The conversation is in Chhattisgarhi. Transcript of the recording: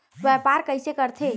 व्यापार कइसे करथे?